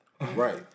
Right